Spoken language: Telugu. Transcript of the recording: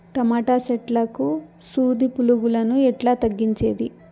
టమోటా చెట్లకు సూది పులుగులను ఎట్లా తగ్గించేది?